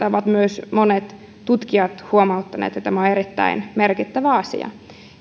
ovat myös monet tutkijat huomauttaneet ja tämä on erittäin merkittävä asia